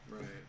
Right